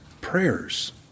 prayers